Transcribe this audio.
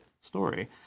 story